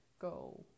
go